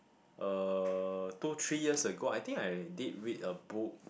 uh two three years ago I think I did read a book